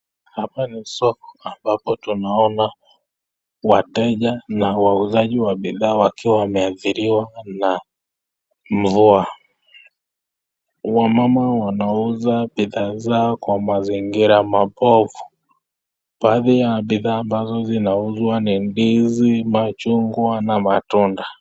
Hapa ni soko ambapo tunaona wateja na wauzaji wa bidhaa wakiwa wameathiriwa na mvua. Wamama wanauza bidhaa zao kwa mazingira mabovu. Baadhi ya bidhaa ambazo zinazouzwa ni ndizi, machungwa na matunda.